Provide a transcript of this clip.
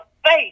faith